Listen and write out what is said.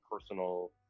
personal